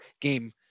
game